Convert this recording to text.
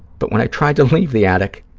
but when i tried to leave the attic,